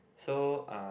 so uh